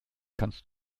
kannst